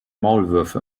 maulwürfe